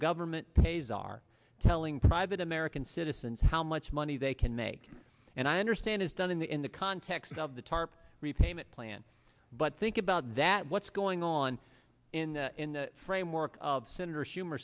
government pays are telling private american citizens how much money they can make and i understand is done in the in the context of the tarp repayment plan but think about that what's going on in the in the framework of senator schumer